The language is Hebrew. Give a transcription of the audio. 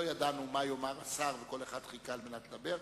ידענו מה יאמר השר וכל אחד חיכה על מנת לדבר,